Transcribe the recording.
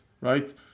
right